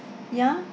ya